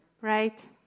right